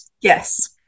Yes